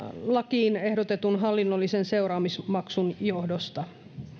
lakiin ehdotetun hallinnollisen seuraamusmaksun johdosta